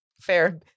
fair